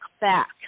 back